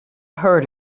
heard